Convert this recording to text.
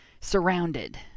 surrounded